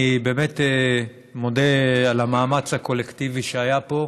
אני באמת מודה על המאמץ הקולקטיבי שהיה פה,